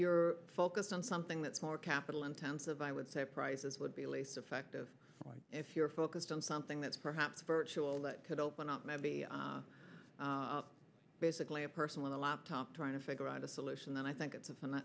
you're focused on something that's more capital intensive i would say prices would be least effective if you're focused on something that's perhaps virtual that could open up maybe basically a person with a laptop trying to figure out a solution then i think it's